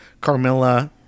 Carmilla